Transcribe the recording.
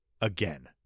again